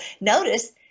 Notice